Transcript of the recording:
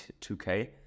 2K